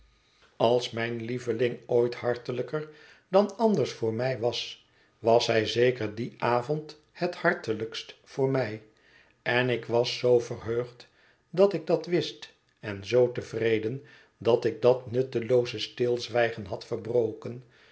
als mijne lieveling ooit hartelijker dan anders voor mij was was zij zeker dien avond het hartelijkst voor mij en ik was zoo verheugd dat ik dat wist en zoo tevreden dat ik dat nuttelooze stilzwijgen had verbroken